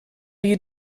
you